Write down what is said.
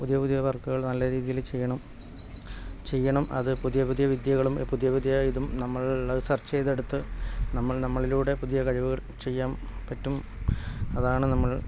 പുതിയ പുതിയ വർക്കുകൾ നല്ല രീതിയിൽ ചെയ്യണം ചെയ്യണം അത് പുതിയ പുതിയ വിദ്യകളും പുതിയ പുതിയ ഇതും നമ്മൾ സെർച്ച് ചെയ്തെടുത്ത് നമ്മൾ നമ്മളിലൂടെ പുതിയ കഴിവുകൾ ചെയ്യാൻ പറ്റും അതാണ് നമ്മൾ